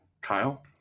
Kyle